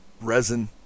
resin